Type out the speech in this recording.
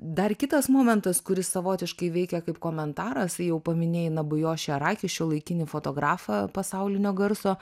dar kitas momentas kuris savotiškai veikia kaip komentaras tai jau paminėjai nabujoši araki šiuolaikinį fotografą pasaulinio garso